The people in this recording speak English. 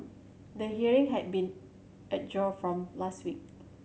the hearing had been adjourned from last week